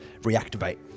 reactivate